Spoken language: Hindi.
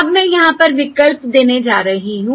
अब मैं यहां पर विकल्प देने जा रही हूं